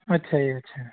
ਅੱਛਾ ਜੀ ਅੱਛਾ